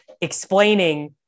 explaining